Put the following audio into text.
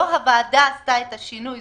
לא הוועדה עשתה את השינוי,